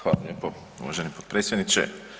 Hvala lijepo uvaženi potpredsjedniče.